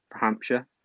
Hampshire